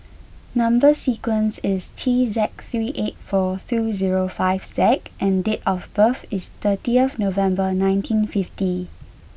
number sequence is T seven three eight four two zero five Z and date of birth is thirty November nineteen fifty